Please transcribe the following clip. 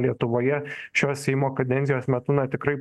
lietuvoje šios seimo kadencijos metu na tikrai